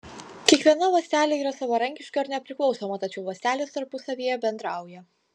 kiekviena ląstelė yra savarankiška ir nepriklausoma tačiau ląstelės tarpusavyje bendrauja